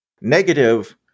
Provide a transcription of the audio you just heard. negative